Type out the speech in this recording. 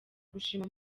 gushima